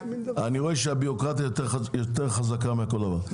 אני רואה שהביורוקרטיה יותר חזקה מכל דבר.